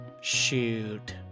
shoot